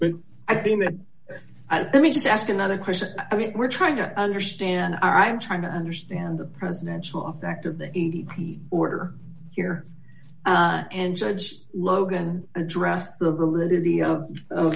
but i think that i mean just ask another question i mean we're trying to understand i am trying to understand the presidential effect of the a t p order here and judge logan address